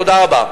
תודה רבה.